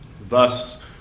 Thus